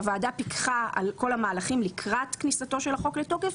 והוועדה פיקחה על כל המהלכים לקראת כניסתו של החוק לתוקף.